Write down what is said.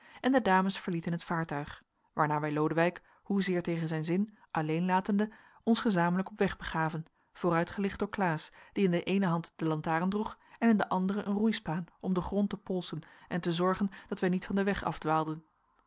en de dames verlieten het vaartuig waarna wij lodewijk hoezeer tegen zijn zin alleenlatende ons gezamenlijk op weg begaven vooruitgelicht door klaas die in de eene hand de lantaren droeg en in de andere een roeispaan om den grond te polsen en te zorgen dat wij niet van den weg afdwaalden